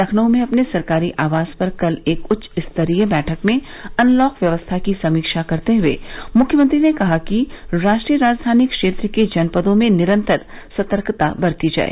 लखनऊ में अपने सरकारी आवास पर कल एक उच्च स्तरीय बैठक में अनलॉक व्यवस्था की समीक्षा करते हुए मुख्यमंत्री ने कहा कि राष्ट्रीय राजधानी क्षेत्र के जनपदों में निरंतर सतर्कता बरती जाए